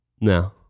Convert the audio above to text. No